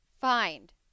find